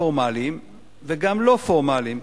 פורמליים וגם לא פורמליים,